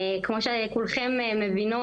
כמו שכולכן מבינות,